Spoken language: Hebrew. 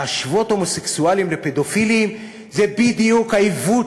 להשוות הומוסקסואלים לפדופילים זה בדיוק העיוות